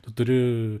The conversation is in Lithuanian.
tu turi